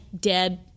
dead